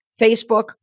Facebook